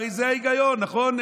הרי זה ההיגיון, נכון?